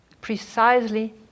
precisely